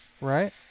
right